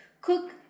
cook